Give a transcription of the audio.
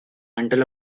until